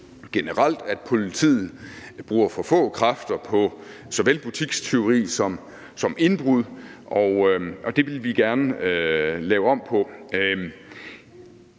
at politiet bruger for få kræfter på såvel butikstyveri som indbrud, og det vil vi gerne lave om på.